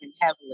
heavily